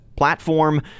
Platform